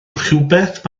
rhywbeth